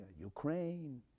Ukraine